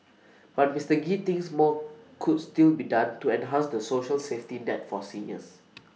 but Mister Gee thinks more could still be done to enhance the social safety net for seniors